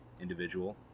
individual